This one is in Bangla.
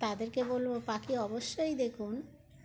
তাদেরকে বলবো পাখি অবশ্যই দেখুন